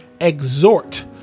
exhort